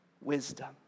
wisdom